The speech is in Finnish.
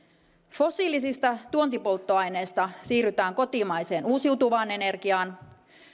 fossiilisista tuontipolttoaineista siirrytään kotimaiseen uusiutuvaan energiaan